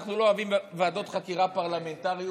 אנחנו לא אוהבים ועדות חקירה פרלמנטריות,